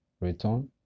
return